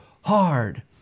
hard